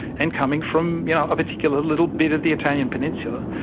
and coming from you know a particular little bit of the italian peninsular.